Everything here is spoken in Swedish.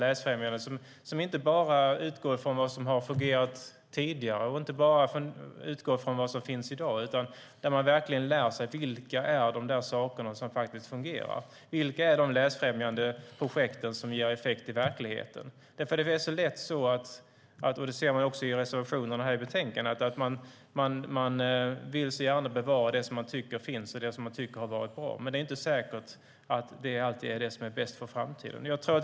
Läsfrämjande ska inte bara utgå från vad som har fungerat tidigare, och inte bara utgå från vad som finns i dag, utan det handlar om att verkligen lära sig vad som fungerar. Vilka är de läsfrämjande projekt som ger effekt i verkligheten? Det framgår av reservationerna i betänkandet att man vill så gärna bevara det man tycker finns och har varit bra. Men det är inte säkert att det alltid är bäst för framtiden.